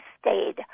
stayed